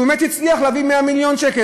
שהוא באמת הצליח להביא 100 מיליון שקל.